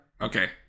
okay